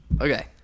Okay